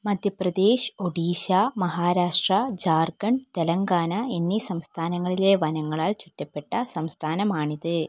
മധ്യ പ്രദേശ് ഒഡീഷ മഹാരാഷ്ട്ര ജാർഖണ്ഡ് തെലങ്കാന എന്നീ സംസ്ഥാനങ്ങളിലെ വനങ്ങളാൽ ചുറ്റപ്പെട്ട സംസ്ഥാനമാണിത്